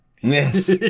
yes